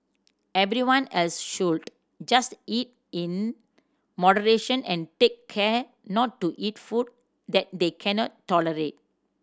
everyone else should just eat in moderation and take care not to eat food that they cannot tolerate